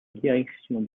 direction